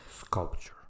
Sculpture